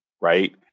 right